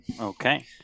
Okay